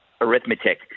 arithmetic